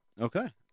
Okay